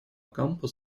окампо